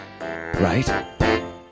Right